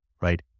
right